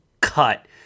cut